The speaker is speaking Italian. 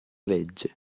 legge